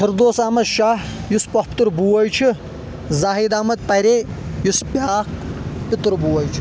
فردوس احمد شاہ یُس پۄپھتُر بوے چھُ زاہد احمد پرے یُس بیاکھ پِتُر بوے چھُ